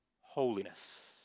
holiness